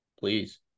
Please